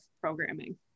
programming